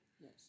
Yes